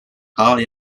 hal